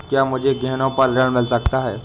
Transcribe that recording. क्या मुझे गहनों पर ऋण मिल सकता है?